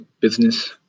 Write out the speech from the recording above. business